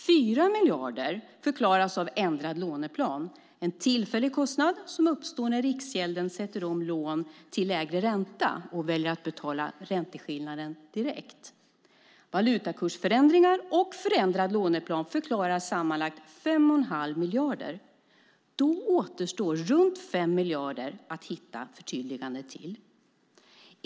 4 miljarder förklaras av ändrad låneplan - en tillfällig kostnad som uppstår när Riksgälden sätter om lån till lägre ränta och väljer att betala ränteskillnaden direkt. Valutakursförändringar och förändrad låneplan förklarar sammanlagt 5 1⁄2 miljard. Då återstår runt 5 miljarder att hitta förtydliganden till.